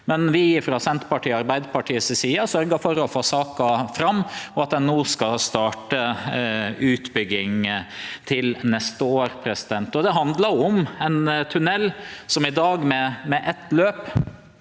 men frå Senterpartiet og Arbeidarpartiet si side har vi sørgt for å få saka fram, og at ein no skal starte utbygging til neste år. Det handlar om ein tunnel som i dag, med eitt løp,